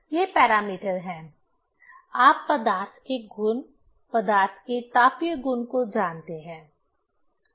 ये पैरामीटर हैं आप पदार्थ के गुण पदार्थ के तापीय गुण को जानते हैं